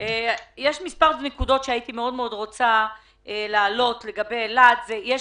יש כמה נקודות שאני רוצה להעלות בנוגע לאילת: יש